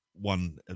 one